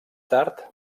tard